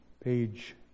Page